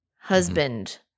husband